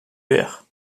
verre